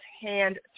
hand